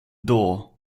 door